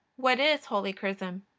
what is holy chrism?